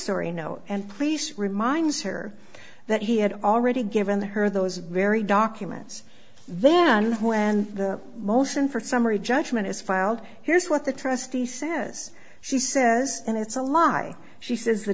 sory note and place reminds her that he had already given her those very documents then when the motion for summary judgment is filed here's what the trustee says she says and it's a lie she says the